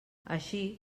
així